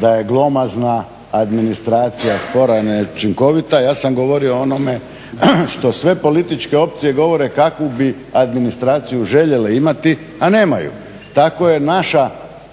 da je glomazna administracija spora i neučinkovita, ja sam govorio o onome što sve političke opcije govore kakvu bi administraciju željele imati a nemaju. Tako je naša